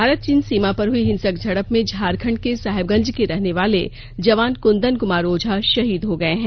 भारत चीन सीमा पर हुई हिंसक झड़प में झारखंड के साहेबगंज के रहने वाले जवान कुंदन कुमार ओझा शहीद हो गए हैं